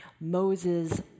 Moses